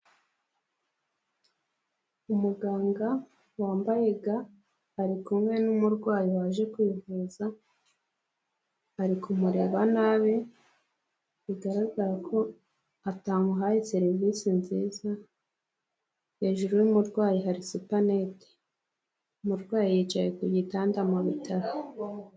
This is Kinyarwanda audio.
Umuganga wambaye ga ari kumwe n'umurwayi waje kwivuza ari kumureba nabi bigaragara ko atamuhaye serivisi nziza, hejuru y'umurwayi hari supanete, umurwayi yicaye ku gitanda mu bitaro.